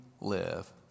live